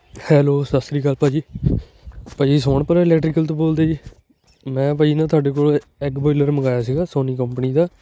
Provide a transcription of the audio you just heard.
hello ਸਤਿ ਸ਼੍ਰੀ ਅਕਾਲ ਭਾਅ ਜੀ ਭਾਅ ਜੀ ਸੋਣ ਪਰੀ ਇਲੈਕਟ੍ਰੀਕਲ ਤੋਂ ਬੋਲਦੇ ਜੀ ਮੈਂ ਬਾਈ ਨਾ ਤੁਹਾਡੇ ਕੋਲ ਐਗ ਬੋਇਲਰ ਮੰਗਵਾਇਆ ਸੀਗਾ ਸੋਨੀ ਕੰਪਨੀ ਦਾ